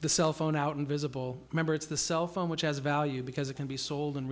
the cellphone out invisible remember it's the cell phone which has a value because it can be sold and